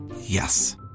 yes